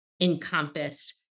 encompassed